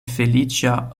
feliĉa